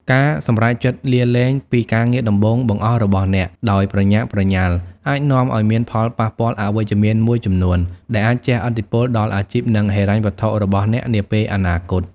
ការសម្រេចចិត្តលាលែងពីការងារដំបូងបង្អស់របស់អ្នកដោយប្រញាប់ប្រញាល់ អាចនាំឲ្យមានផលប៉ះពាល់អវិជ្ជមានមួយចំនួន ដែលអាចជះឥទ្ធិពលដល់អាជីព និងហិរញ្ញវត្ថុរបស់អ្នកនាពេលអនាគត។